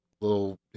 little